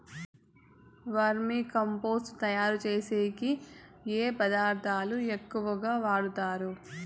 వర్మి compost తయారుచేసేకి ఏ పదార్థాలు ఎక్కువగా వాడుతారు